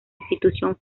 institución